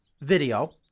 video